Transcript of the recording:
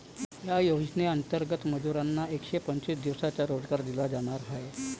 या योजनेंतर्गत मजुरांना एकशे पंचवीस दिवसांचा रोजगार दिला जाणार आहे